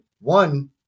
one